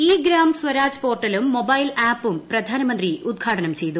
E Gram Swaraj പോർട്ടലും mobile ആപ്പും പ്രധാനമന്ത്രി ഉദ്ഘാടനം ചെയ്തു